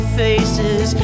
faces